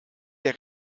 der